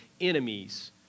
enemies